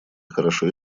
хорошо